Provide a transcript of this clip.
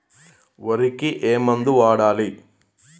వరికి ఏ మందు వాడాలి?